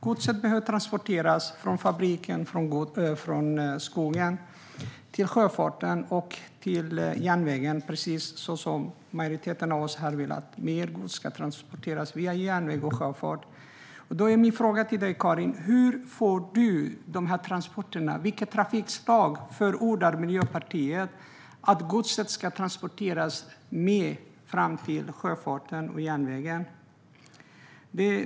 Gods behöver transporteras från fabriken och skogen till sjöfarten och järnvägen. Det är precis vad en majoritet av oss vill - att mer gods ska transporteras via sjöfart och järnväg. Min fråga är: Vilka transportslag förordar Miljöpartiet att godset ska transporteras med fram till sjöfarten och järnvägen?